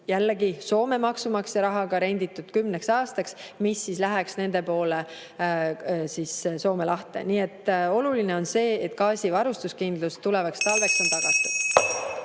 jällegi, Soome maksumaksja rahaga renditud kümneks aastaks, mis siis läheks nende poolele Soome lahes. Nii et oluline on see, et gaasivarustuskindlus tulevaks talveks on tagatud.